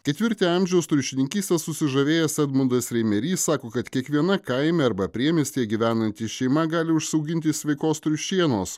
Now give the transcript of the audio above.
ketvirtį amžiaus triušininkyste susižavėjęs edmundas reimeris sako kad kiekviena kaime arba priemiestyje gyvenanti šeima gali užsiauginti sveikos triušienos